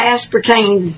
Aspartame